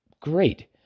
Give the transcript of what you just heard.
great